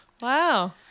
Wow